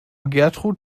gertrud